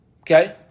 Okay